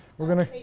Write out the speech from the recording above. we're going